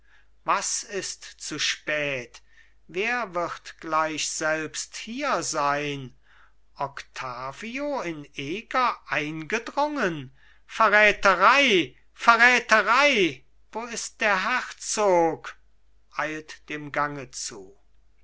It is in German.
was ist zu spät wer wird gleich selbst hier sein octavio in eger eingedrungen verräterei verräterei wo ist der herzog eilt dem gange zu